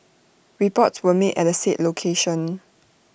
reports were made at the said location